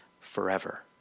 forever